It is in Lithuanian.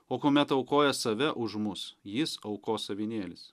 o kuomet aukoja save už mus jis aukos avinėlis